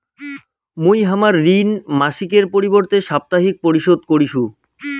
মুই হামার ঋণ মাসিকের পরিবর্তে সাপ্তাহিক পরিশোধ করিসু